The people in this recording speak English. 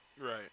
Right